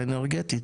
האנרגטית.